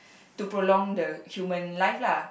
to prolong the human life lah